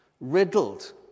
riddled